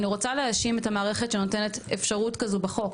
אני רוצה להאשים את המערכת שנותנת אפשרות כזאת בחוק,